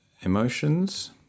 emotions